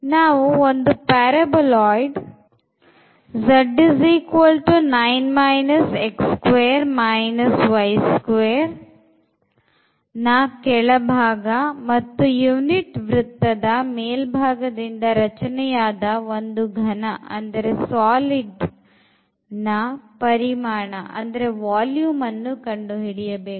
ನಾವು ಒಂದು paraboloid ನ ಕೆಳಭಾಗ ಮತ್ತು unit ವೃತ್ತದ ಮೇಲ್ಭಾಗ ದಿಂದ ರಚನೆಯಾದ ಒಂದು ಘನದ ಪರಿಮಾಣವನ್ನು ಕಂಡುಹಿಡಿಯಬೇಕು